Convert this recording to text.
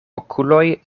okuloj